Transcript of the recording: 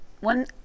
one